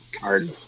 hard